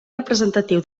representatiu